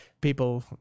people